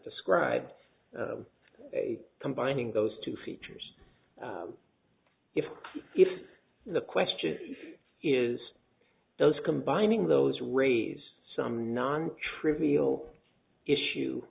described a combining those two features if if the question is those combining those raise some non trivial issue